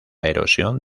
erosión